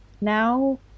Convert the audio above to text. now